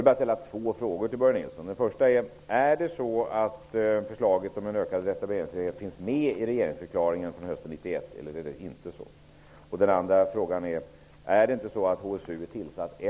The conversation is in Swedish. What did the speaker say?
Är det inte så att HSU tillsattes efter att regeringsförklaringen lästes upp?